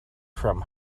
from